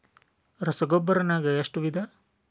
ರಸಗೊಬ್ಬರ ನಾಗ್ ಎಷ್ಟು ವಿಧ?